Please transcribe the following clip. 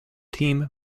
team